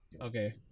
Okay